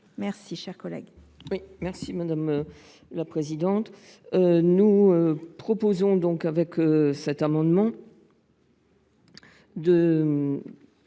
Mes chers collègues,